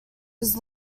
his